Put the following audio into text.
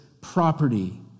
property